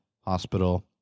hospital